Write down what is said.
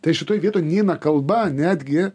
tai šitoj vietoj neina kalba netgi